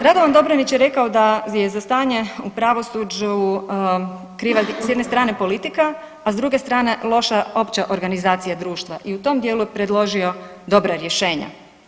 Radovan Dobronić je rekao da je za stanje u pravosuđu kriva s jedne strane politike a s druge strane loša opća organizacija društva i u tom djelu je predložio dobra rješenja.